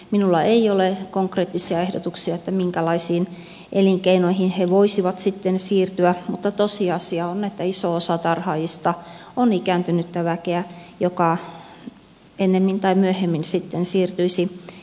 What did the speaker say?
minulla ei ole konkreettisia ehdotuksia minkälaisiin elinkeinoihin he voisivat sitten siirtyä mutta tosiasia on että iso osa tarhaajista on ikääntynyttä väkeä joka ennemmin tai myöhemmin sitten siirtyisi eläkkeelle